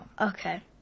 Okay